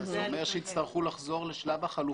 זה אומר שיצטרכו לחזור לשלב החלופות.